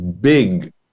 big